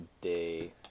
day